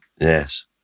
yes